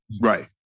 Right